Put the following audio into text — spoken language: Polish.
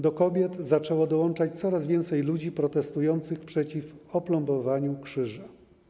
Do kobiet zaczęło dołączać coraz więcej ludzi protestujących przeciw oplombowaniu krzyża.